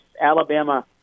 Alabama